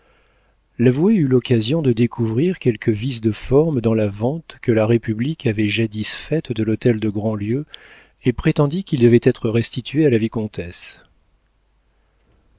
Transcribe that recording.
l'avoué eut l'occasion de découvrir quelques vices de forme dans la vente que la république avait jadis faite de l'hôtel de grandlieu et prétendit qu'il devait être restitué à la vicomtesse